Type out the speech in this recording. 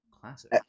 Classic